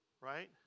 right